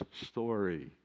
story